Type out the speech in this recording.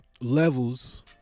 levels